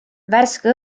värske